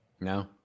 No